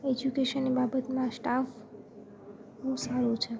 એજ્યુકેશનની બાબતમાં સ્ટાફ બહુ સારો છે